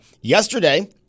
yesterday